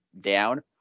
down